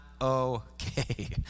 okay